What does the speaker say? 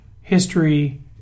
history